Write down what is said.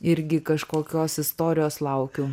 irgi kažkokios istorijos laukiu